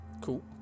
Cool